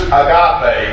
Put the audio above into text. agape